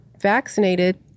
vaccinated